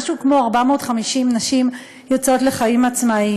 משהו כמו 450 נשים יוצאות לחיים עצמאיים.